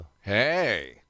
Hey